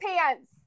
pants